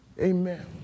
amen